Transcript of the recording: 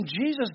Jesus